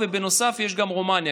ובנוסף יש גם רומניה.